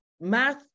math